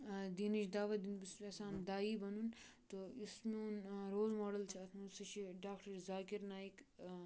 دیٖنٕچ دعوت دیُن بہٕ چھُس یَژھان دایی بَنُن تہٕ یُس میوٚن رول موڈل چھِ اَتھ منٛز سُہ چھِ ڈاکٹر ذاکِر نایک